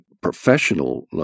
professional